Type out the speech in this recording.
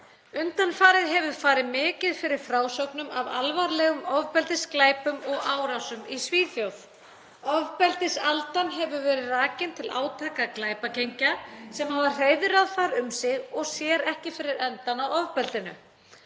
Undanfarið hefur farið mikið fyrir frásögnum af alvarlegum ofbeldisglæpum og árásum í Svíþjóð. Ofbeldisaldan hefur verið rakin til átaka glæpagengja sem hafa hreiðrað um sig og sér ekki fyrir endann á ofbeldinu.